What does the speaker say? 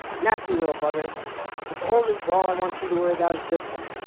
nasty little buggers but the only ball i want you to worry about is this one.